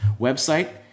website